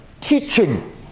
teaching